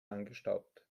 angestaubt